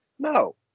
No